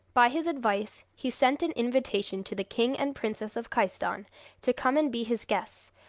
by his advice he sent an invitation to the king and princess of khaistan to come and be his guests,